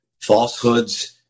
falsehoods